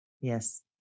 Yes